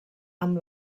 amb